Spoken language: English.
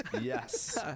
Yes